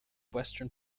western